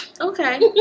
okay